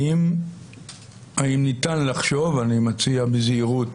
האם ניתן לחשוב, אני מציע בזהירות